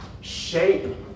shape